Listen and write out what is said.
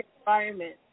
environment